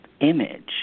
image